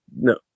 no